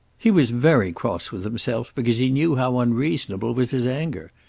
he was very cross with himself because he knew how unreasonable was his anger.